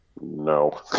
No